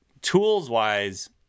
tools-wise